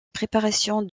préparation